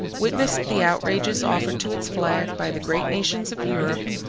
witnessed the outrages offered to its flag by the great nations of europe,